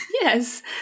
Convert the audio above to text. Yes